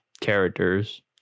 characters